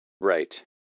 Right